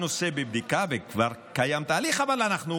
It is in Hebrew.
הנושא בבדיקה וכבר יש תהליך, אבל אנחנו